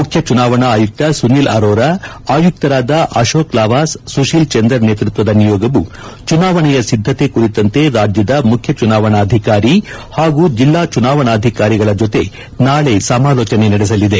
ಮುಖ್ಯ ಚುನಾವಣಾ ಆಯುಕ್ತ ಸುನೀಲ್ ಅರೋರಾ ಆಯುಕ್ತರಾದ ಅಶೋಕ್ ಲಾವಾಸ್ ಸುಶೀಲ್ ಚಂದರ್ ನೇತೃತ್ವದ ಆಯೋಗವು ಚುನಾವಣೆಯ ಸಿದ್ದತೆ ಕುರಿತಂತೆ ರಾಜ್ಯದ ಮುಖ್ಯ ಚುನಾವಣಾಧಿಕಾರಿ ಹಾಗೂ ಜಿಲ್ಲಾ ಚುನಾವಣಾಧಿಕಾರಿಗಳ ಜೊತೆ ನಾಳೆ ಸಮಾಲೋಚನೆ ನಡೆಸಲಿದೆ